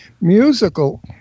musical